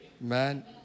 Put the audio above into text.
Man